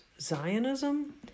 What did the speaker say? Zionism